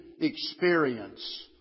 experience